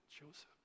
Joseph